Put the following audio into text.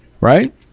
Right